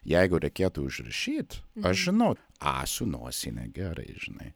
jeigu reikėtų užrašyt aš žinau ą su nosine gerai žinai